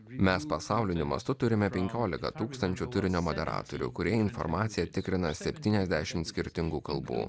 mes pasauliniu mastu turime penkiolika tūkstančių turinio moderatorių kurie informaciją tikrina septyniasdešim skirtingų kalbų